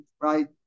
right